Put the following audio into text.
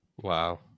Wow